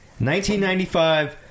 1995